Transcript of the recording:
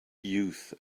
youth